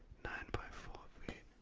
nine by four feet,